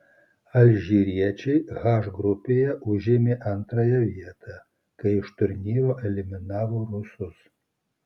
alžyriečiai h grupėje užėmė antrąją vietą kai iš turnyro eliminavo rusus